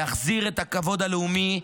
להחזיר את הכבוד הלאומי,